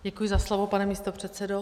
Děkuji za slovo, pane místopředsedo.